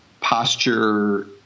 posture